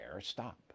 stop